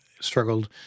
Struggled